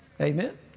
Amen